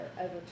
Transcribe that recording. over